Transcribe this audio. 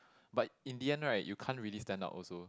but in the end right you can't really stand out also